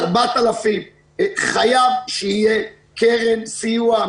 4,000. חייבת להיות קרן סיוע,